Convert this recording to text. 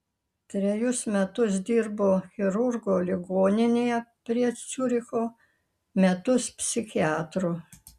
trejus metus dirbo chirurgu ligoninėje prie ciuricho metus psichiatru